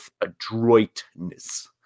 adroitness